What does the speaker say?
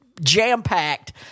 jam-packed